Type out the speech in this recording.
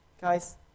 Guys